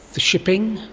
the shipping,